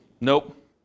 Nope